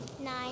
Nine